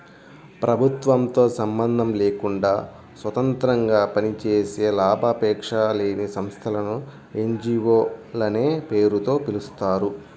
ప్రభుత్వంతో సంబంధం లేకుండా స్వతంత్రంగా పనిచేసే లాభాపేక్ష లేని సంస్థలను ఎన్.జీ.వో లనే పేరుతో పిలుస్తారు